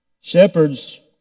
Shepherds